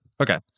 okay